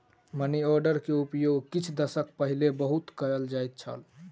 money order के उपयोग किछ दशक पहिने बहुत कयल जाइत छल